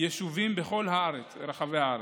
ליישובים בכל רחבי הארץ.